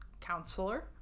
counselor